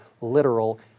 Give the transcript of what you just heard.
literal